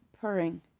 purring